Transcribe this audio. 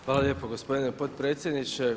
Hvala lijepo gospodine potpredsjedniče.